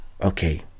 okay